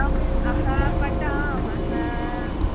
अं अः पठामः